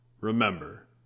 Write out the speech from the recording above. remember